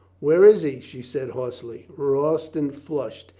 where is he? she said hoarsely. royston flushed.